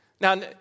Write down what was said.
Now